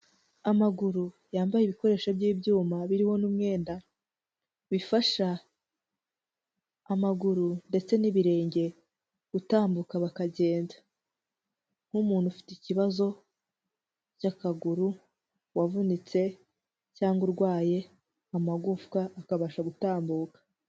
Amaguru yambaye ibikoresho by'ibyuma biriho n'umwenda, bifasha amaguru ndetse n'ibirenge gutambuka bakagenda, nk'umuntu ufite ikibazo cy'akaguru, wavunitse cyangwa urwaye amagufwa, akabasha gutambuka